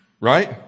right